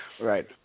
Right